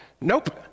Nope